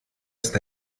ist